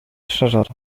الشجرة